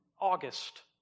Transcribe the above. August